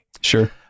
Sure